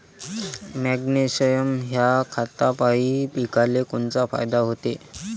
Magnesium ह्या खतापायी पिकाले कोनचा फायदा होते?